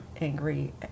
Angry